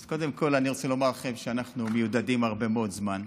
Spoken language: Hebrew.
אז קודם כול אני רוצה לומר לכם שאנחנו מיודדים הרבה מאוד זמן.